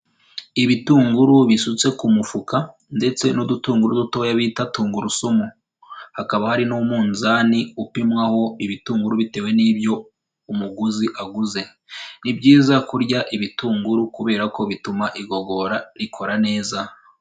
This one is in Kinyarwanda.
Ibitunguru bisutse ku mufuka ndetse n'udutunguru dutoya bita tungurusumu, hakaba hari n'umunzani upimwaho ibitunguru bitewe n'ibyo umuguzi aguze. Ni byiza kurya ibitunguru kubera ko bituma igogora rikora neza.